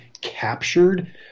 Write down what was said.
captured